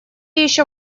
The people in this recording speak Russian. еще